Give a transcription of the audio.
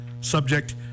subject